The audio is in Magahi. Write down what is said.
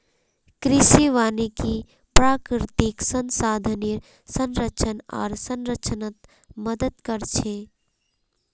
कृषि वानिकी प्राकृतिक संसाधनेर संरक्षण आर संरक्षणत मदद कर छे